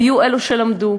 היו אלו שלמדו,